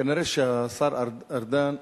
כנראה שהשר ארדן,